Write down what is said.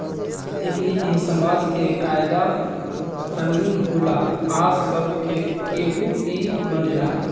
एकनि के समाज के कायदा कानून होला आ सब केहू इ मानेला